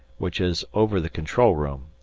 which is over the control room,